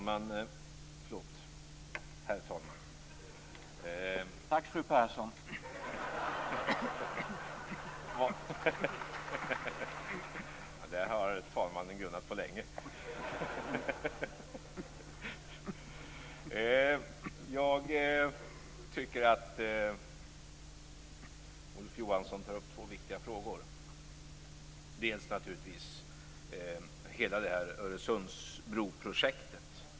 Herr talman! Det där har talmannen grunnat på länge. Olof Johansson tar upp två viktiga frågor. Den första frågan är hela Öresundsbroprojektet.